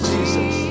Jesus